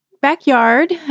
backyard